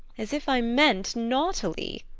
as if i meant naughtily.